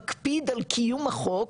מקפיד על קיום החוק,